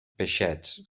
peixets